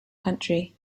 country